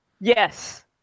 Yes